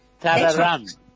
Tararam